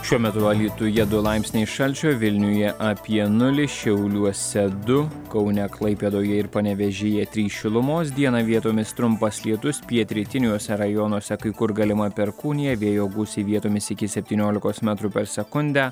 šiuo metu alytuje du laipsniai šalčio vilniuje apie nulį šiauliuose du kaune klaipėdoje ir panevėžyje trys šilumos dieną vietomis trumpas lietus pietrytiniuose rajonuose kai kur galima perkūnija vėjo gūsiai vietomis iki septyniolikos metrų per sekundę